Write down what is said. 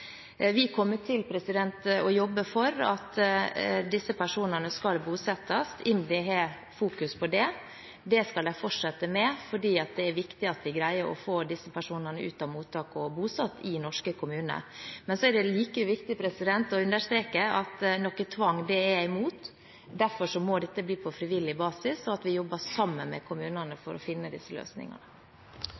Vi kommer til å jobbe for at disse personene skal bosettes. IMDi fokuserer på det. Det skal de fortsette med fordi det er viktig at vi greier å få disse personene ut av mottak og bosatt i norske kommuner. Men det er like viktig å understreke at jeg er imot tvang. Derfor må dette bli på frivillig basis, og vi må jobbe sammen med kommunene for å finne disse løsningene.